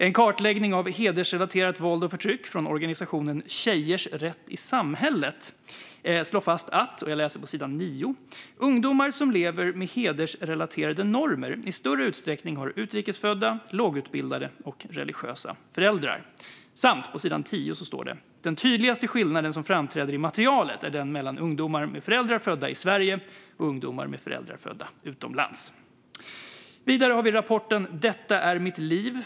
En kartläggning av hedersrelaterat våld och förtryck från organisationen Tjejers rätt i samhället slår fast att - jag läser på sidan 9 - "ungdomar som lever med hedersrelaterade normer . i större utsträckning har utrikesfödda, lågutbildade och religiösa föräldrar". På sidan 10 står det dessutom: "Den tydligaste skillnaden som framträder i materialet är den mellan ungdomar med föräldrar födda i Sverige och ungdomar med föräldrar födda utomlands." Vidare har vi rapporten Det är mitt liv!